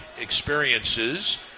experiences